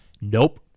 nope